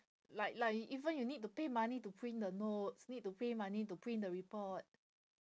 like like even you need to pay money to print the notes need to pay money to print the report